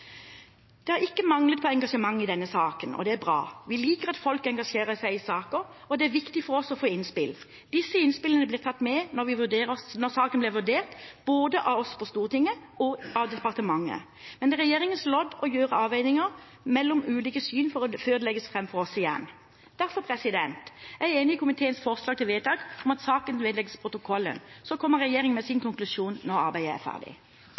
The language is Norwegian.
Det har ikke manglet på engasjement i denne saken, og det er bra. Vi liker at folk engasjerer seg i saker, og det er viktig for oss å få innspill. Disse innspillene blir tatt med når saken blir vurdert, både av oss på Stortinget og av departementet. Men det er regjeringens lodd å gjøre avveininger mellom ulike hensyn før det legges fram for oss igjen. Derfor er jeg enig i komiteens forslag til vedtak om at saken vedlegges protokollen. Så kommer regjeringen med sin konklusjon når arbeidet er ferdig.